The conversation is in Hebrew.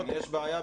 יש בעיה,